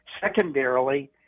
Secondarily